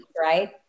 right